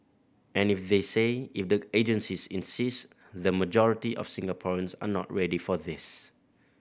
and if they say if the agencies insist the majority of Singaporeans are not ready for this